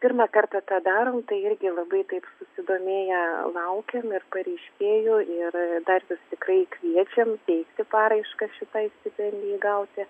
pirmą kartą tą darom tai irgi labai taip susidomėję laukiam ir pareiškėjų ir dar vis tikrai kviečiam teikti paraiškas šitai stipendijai gauti